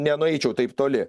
nenueičiau taip toli